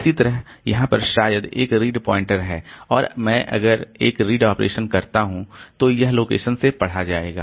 इसी तरह यहाँ पर शायद एक रीड पॉइंटर है और अगर मैं एक रीड ऑपरेशन करता हूँ तो यह इस लोकेशन से पढ़ा जाएगा